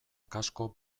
kasko